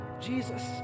Jesus